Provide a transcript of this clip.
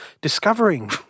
discovering